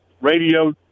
radio